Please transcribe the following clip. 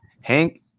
Hank